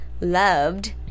loved